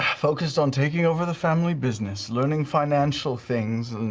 focused on taking over the family business, learning financial things. and